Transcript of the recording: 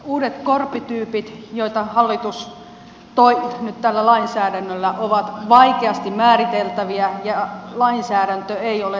uudet korpityypit joita hallitus toi nyt tällä lainsäädännöllä ovat vaikeasti määriteltäviä ja lainsäädäntö ei ole tarkkarajaista